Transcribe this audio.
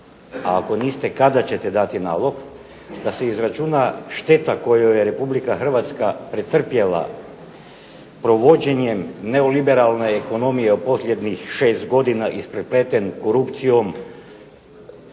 a ako niste kada ćete dati nalog da se izračuna šteta koju je Republike Hrvatska pretrpjela provođenjem neoliberalne ekonomije u posljednjih 6 godina isprepleten korupcijom,